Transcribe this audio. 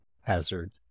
hazard